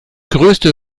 größte